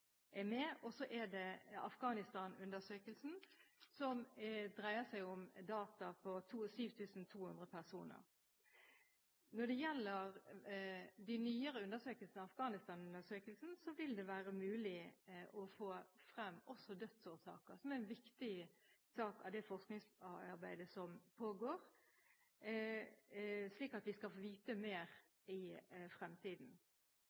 er med, og så er det Afghanistan-undersøkelsen, med data fra 7 200 personer. Når det gjelder de nyere undersøkelsene, Afghanistan-undersøkelsen, vil det være mulig å få frem dødsårsaker, som er en viktig sak for det forskningsarbeidet som pågår, slik at vi skal få vite mer i fremtiden.